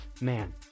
man